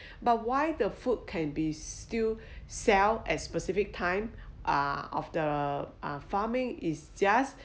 but why the food can be still sell as specific time uh of the uh farming is just